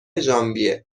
ژانویه